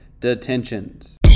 detentions